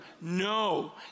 No